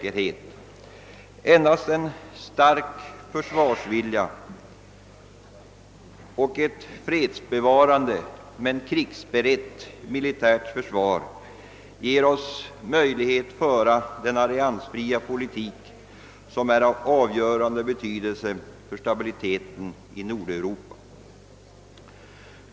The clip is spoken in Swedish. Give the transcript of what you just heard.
Endast en stark försvarsvilja och ett fredsbevarande men krigsberett militärt försvar ger oss möjlighet att föra den alliansfria politik som är av avgörande betydelse för stabiliteten i Nordeuropa.